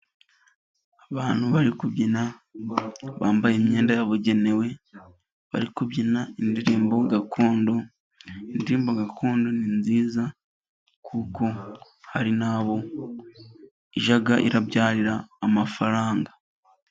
Abantu bari kubyina bambaye imyenda yabugenewe. Bari kubyina indirimbo gakondo. Indirimbo gakondo ni nziza kuko hari n'abo ijya irabyarira amafaranga.